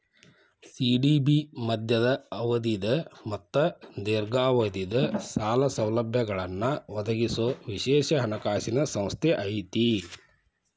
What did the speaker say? CDB ಮಧ್ಯಮ ಅವಧಿದ್ ಮತ್ತ ದೇರ್ಘಾವಧಿದ್ ಸಾಲ ಸೌಲಭ್ಯಗಳನ್ನ ಒದಗಿಸೊ ವಿಶೇಷ ಹಣಕಾಸಿನ್ ಸಂಸ್ಥೆ ಐತಿ